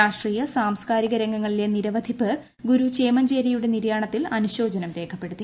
രാഷ്ട്രീയ സാംസ്കാരിക രംഗങ്ങളിലെ നിരവധി പേർ ഗുരു ചേമഞ്ചേരിയുടെ നിര്യാണത്തിൽ അനുശോചനം രേഖപ്പെടുത്തി